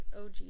OG